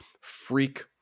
freak